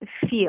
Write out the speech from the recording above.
feel